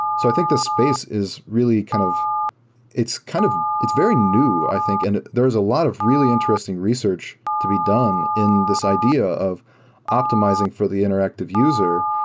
so i think this space is really kind of it's kind of it's very new, i think, and there is a lot of really interesting research to be done in this idea of optimizing for the interactive user.